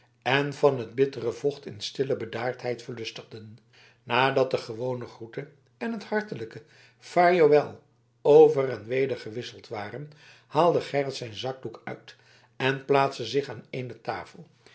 en van het bittere vocht in stille bedaardheid verlustigden nadat de gewone groete en het hartelijke vaar jou wel over en weder gewisseld waren haalde gerrit zijn zakdoek uit en plaatste zich aan een tafel